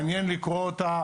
מעניין לקרוא את העבודה הזאת.